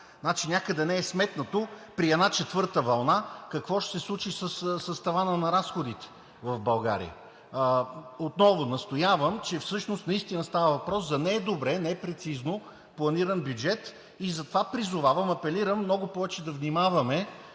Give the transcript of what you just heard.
някъде не е сметнато при една четвърта вълна какво ще се случи с тавана на разходите в България. Настоявам отново, че всъщност става въпрос за недобре, непрецизно планиран бюджет и затова призовавам, апелирам много повече да внимаваме,